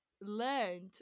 learned